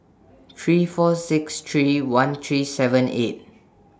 three four six three one three seven eight